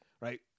Right